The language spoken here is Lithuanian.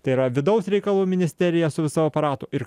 tai yra vidaus reikalų ministerija su visu aparatu ir